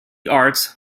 arts